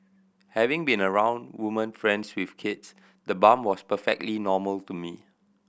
having been around woman friends with kids the bump was perfectly normal to me